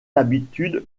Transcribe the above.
l’habitude